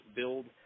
build